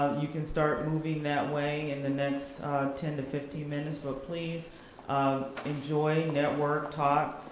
you can start moving that way in the next ten to fifteen minutes. but, please um enjoy, network, talk,